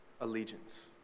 allegiance